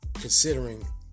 considering